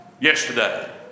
Yesterday